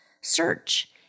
search